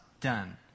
done